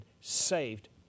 saved